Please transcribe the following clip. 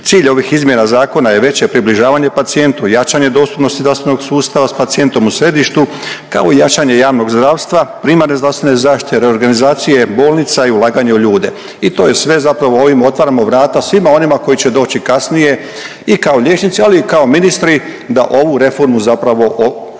Cilj ovih izmjena je veće približavanje pacijentu, jačanje dostupnosti zdravstvenog sustava s pacijentom u središtu, kao i jačanje javnog zdravstva, primarne zdravstvene zaštite, reorganizacije bolnica i ulaganje u ljude i to je sve zapravo ovim otvaramo vrata svima onima koji će doći kasnije i kao liječnici, ali i kao ministri da ovu reformu zapravo na neki